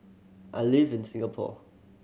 I live in Singapore